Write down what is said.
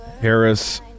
Harris